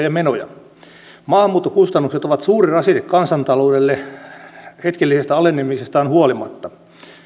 ja menoja maahanmuuttokustannukset ovat suuri rasite kansantaloudelle hetkellisestä alenemisestaan huolimatta